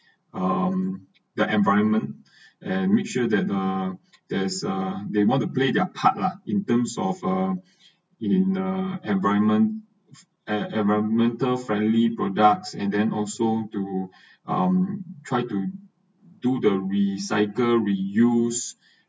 um the environment and make sure that uh there's uh they want to play their part lah in terms of uh in a environment e~ environmental friendly products and then also to um try to do the recycle reuse